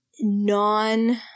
non